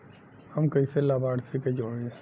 हम कइसे लाभार्थी के जोड़ी?